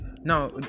Now